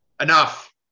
Enough